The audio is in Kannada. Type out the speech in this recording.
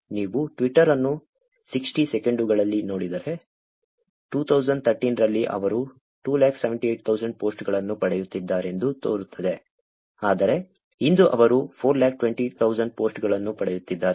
ನೀವು ಟ್ವಿಟರ್ ಅನ್ನು 60 ಸೆಕೆಂಡುಗಳಲ್ಲಿ ನೋಡಿದರೆ 2013 ರಲ್ಲಿ ಅವರು 278000 ಪೋಸ್ಟ್ಗಳನ್ನು ಪಡೆಯುತ್ತಿದ್ದಾರೆಂದು ತೋರುತ್ತದೆ ಆದರೆ ಇಂದು ಅವರು 420000 ಪೋಸ್ಟ್ಗಳನ್ನು ಪಡೆಯುತ್ತಿದ್ದಾರೆ